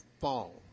fall